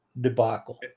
debacle